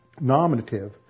nominative